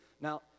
Now